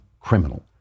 criminal